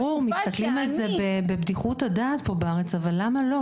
בארץ מסתכלים על זה בבדיחות הדעת אבל למה לא?